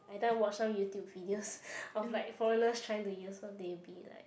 everytime watch some YouTube videos of like foreigners trying to use so they be like